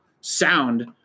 sound